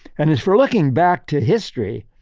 and if we're looking back to history,